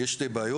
יש שתי בעיות.